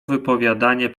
wypowiadanie